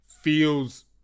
feels